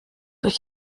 euch